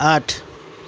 आठ